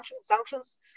sanctions